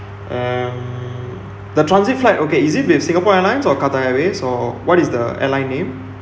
um the transit flight okay is it with singapore airlines or Qatar airways or what is the airline name